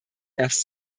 erst